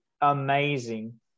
amazing